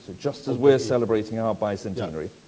just as we're celebrating our bicentenary,